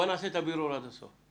בואו נעשה את הבירור עד הסוף.